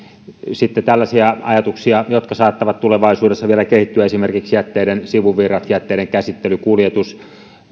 sitten tällaisia ajatuksia jotka saattavat tulevaisuudessa vielä kehittyä ovat esimerkiksi jätteiden sivuvirrat jätteiden käsittely kuljetus